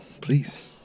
Please